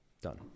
Done